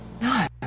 No